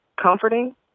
comforting